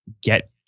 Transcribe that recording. get